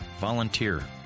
Volunteer